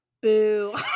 boo